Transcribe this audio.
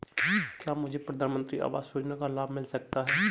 क्या मुझे प्रधानमंत्री आवास योजना का लाभ मिल सकता है?